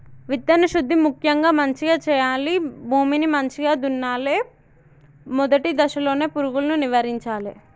విత్తన శుద్ధి ముక్యంగా మంచిగ చేయాలి, భూమిని మంచిగ దున్నలే, మొదటి దశలోనే పురుగులను నివారించాలే